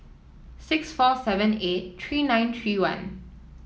six four seven eight three nine three one